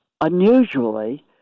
unusually